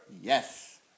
Yes